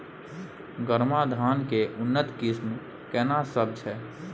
गरमा धान के उन्नत किस्म केना सब छै?